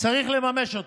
צריך לממש אותן.